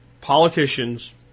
politicians